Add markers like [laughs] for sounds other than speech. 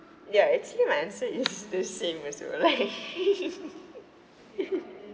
ya actually my answer is the same also like [laughs]